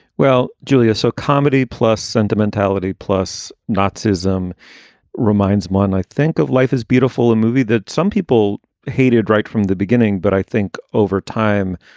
well, julia, so comedy plus sentimentality plus naziism reminds one, i think of life as beautiful a movie that some people hated right from the beginning. but i think over time,